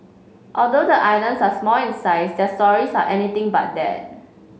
although the islands are small in size their stories are anything but that